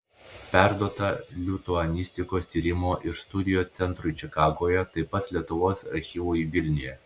perduota lituanistikos tyrimo ir studijų centrui čikagoje taip pat lietuvos archyvui vilniuje